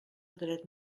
dret